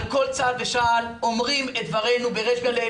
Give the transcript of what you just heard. על כל צעד ושעל אומרים את דברינו בריש גלי,